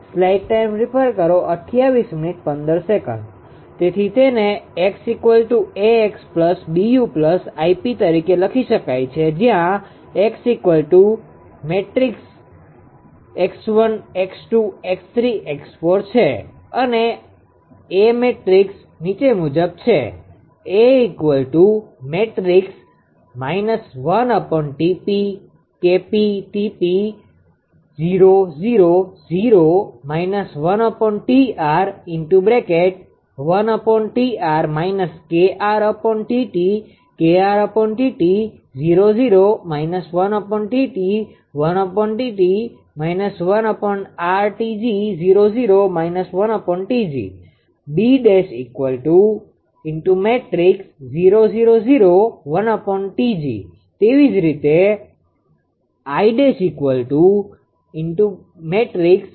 તેથી તેને 𝑋̇ 𝐴𝑥 𝐵𝑢 Γ𝑝 તરીકે લખી શકાય છે જ્યાં 𝑋′ 𝑥1 𝑥2 𝑥3 𝑥4 છે અને A મેટ્રિક્સ નીચે મુજબ છે